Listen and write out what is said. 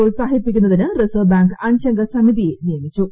പ്രോത്സാഹിപ്പിക്കുന്നതിന് reserve bank അഞ്ചംഗ സമിതിയെ നിയമിച്ചു